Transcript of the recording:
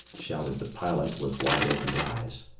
shouted the pilot, with wide-opened eyes.